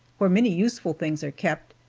where many useful things are kept,